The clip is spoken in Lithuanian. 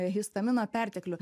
histamino perteklių